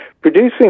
producing